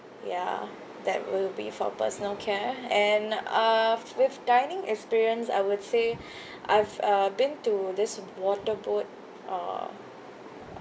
ya that will be for personal care and uh with dining experience I would say I've uh been to this water boat uh